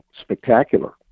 spectacular